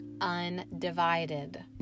undivided